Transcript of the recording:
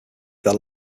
their